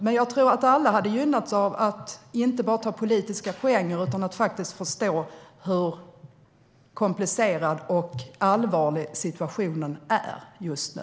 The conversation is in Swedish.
Men jag tror att alla hade gynnats av att inte bara ta politiska poänger utan faktiskt förstå hur komplicerad och allvarlig situationen är just nu.